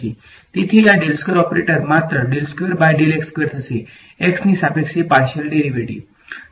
તેથી આ ઓપરેટર માત્ર થશે x ની સાપેક્ષે પાર્શીયલ ડેરીવેટીવ